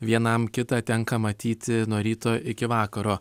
vienam kitą tenka matyti nuo ryto iki vakaro